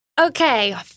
Okay